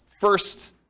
first